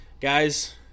guys